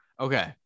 Okay